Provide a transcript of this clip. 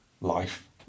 life